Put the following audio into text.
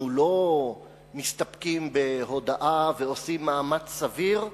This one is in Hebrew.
אנחנו לא מסתפקים בהודעה ועושים מאמץ סביר,